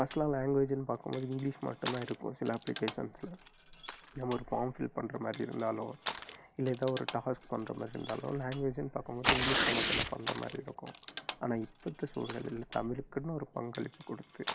first எல்லாம் லாங்வேஜின்னு பார்க்கும்போது இங்கிலீஷ் மட்டும்தான் இருக்கு சில அபிகேஷன்ஸில் ஏன் ஒரு ஃபார்ம் ஃபில் பண்ணுற மாதிரி இருந்தாலோ இல்லை எதா ஒரு டாஸ்க் பண்ணுற மாதிரி இருந்தாலோ லாங்வேஜின்னு பார்க்கும்போது இங்கிலீஷில் மட்டும்தான் பண்ணுறமாரி இருக்கும் ஆனால் இப்போ இந்த சூல்நிலையில தமிழுக்குன்னு ஒரு பங்களிப்பு கொடுத்து